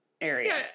area